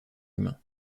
humain